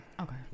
okay